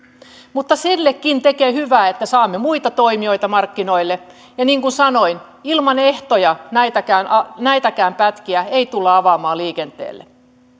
mutta sillekin tekee hyvää että saamme muita toimijoita markkinoille ja niin kuin sanoin ilman ehtoja näitäkään näitäkään pätkiä ei tulla avaamaan liikenteelle